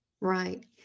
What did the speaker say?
right